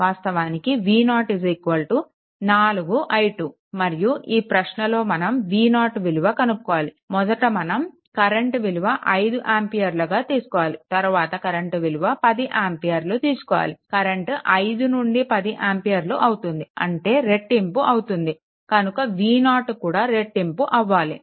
వాస్తవానికి v0 4i2 మరియు ఈ ప్రశ్నలో మనం v0 విలువ కనుక్కోవాలి మొదట మనం కరెంట్ విలువ 5 ఆంపియర్లుగా తీసుకోవాలి తర్వాత కరెంట్ విలువ 10 ఆంపియర్లు తీసుకోవాలి కరెంట్ 5 నుండి 10 ఆంపియర్లు అవుతుంది అంటే రెట్టింపు అవుతుంది కనుక v0 విలువ కూడా రెట్టింపు అవ్వాలి